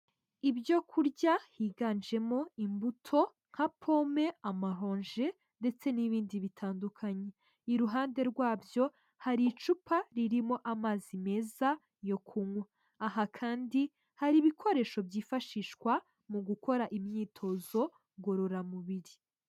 Ibyoku kurya higanjemo imbuto nka pome amaronje ndetse n'ibindi bitandukanye, iruhande rwabyo hari icupa ririmo amazi meza yo kunywa, aha kandi hari ibikoresho byifashishwa mu gukora imyitozo ngororamubiri.